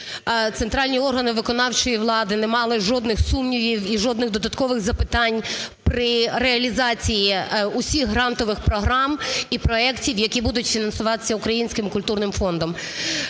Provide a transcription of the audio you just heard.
центральні органи виконавчої влади не мали жодних сумнівів і жодних додаткових запитань при реалізації усіх грантових програм і проектів, які будуть фінансуватися Українським культурним фондом.